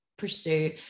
pursue